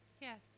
Yes